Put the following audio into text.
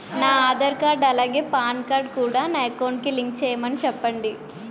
నా ఆధార్ కార్డ్ అలాగే PAN card కూడా నా అకౌంట్ కి లింక్ చేయమని చెప్పండి